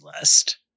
list